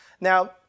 Now